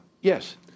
Yes